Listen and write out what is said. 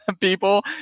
people